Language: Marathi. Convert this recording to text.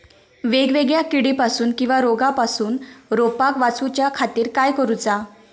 वेगवेगल्या किडीपासून किवा रोगापासून रोपाक वाचउच्या खातीर काय करूचा?